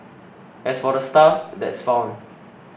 as for the stuff that's found